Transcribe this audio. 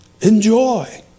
Enjoy